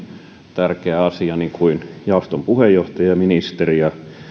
tärkeä asia niin kuin jaoston puheenjohtaja ministeri ja